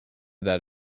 that